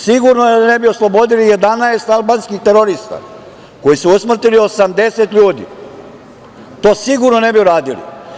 Sigurno je da ne bi oslobodili 11 albanskih terorista, koji su usmrtili 80 ljudi, i to sigurno ne bi uradili.